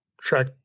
track